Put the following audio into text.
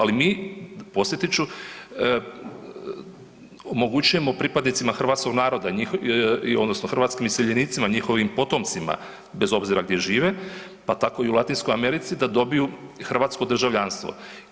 Ali mi, podsjetit ću, omogućujemo pripadnicima hrvatskog naroda odnosno hrvatskim iseljenicima, njihovim potomcima bez obzira gdje žive, pa tako i u Latinskoj Americi da dobiju hrvatsko državljanstvo.